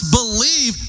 believe